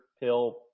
pill